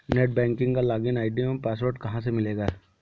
Net banking का login ID एवं password कहाँ से मिलेगा?